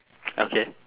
okay